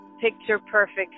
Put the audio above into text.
picture-perfect